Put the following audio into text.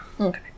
Okay